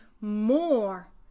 more